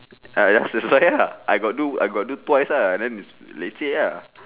ah ya that's why lah I got do I got do twice ah then it's leceh ah